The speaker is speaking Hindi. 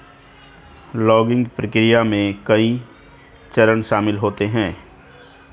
लॉगिंग प्रक्रिया में कई चरण शामिल होते है